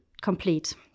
complete